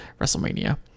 WrestleMania